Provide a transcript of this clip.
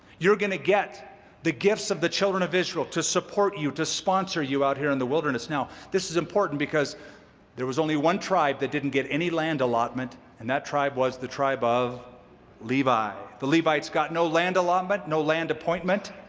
you're going to get the gifts of the children of israel to support you, to sponsor you out here in the wilderness. now this is important because there was only one tribe that didn't get any land allotment, and that tribe was the tribe of levi. the levites got no land allotment, no land appointment,